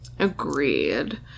agreed